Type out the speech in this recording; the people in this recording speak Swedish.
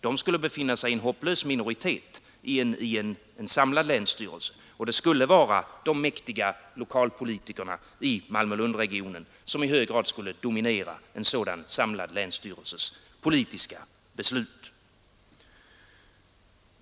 De skulle befinna sig i en hopplös minoritet i en samlad länsstyrelse, och det skulle bli de mäktiga lokalpolitikerna i Malmö—Lund-regionen som i hög grad fick dominera en sådan samlad länsstyrelses politiska beslut.